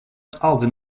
alvin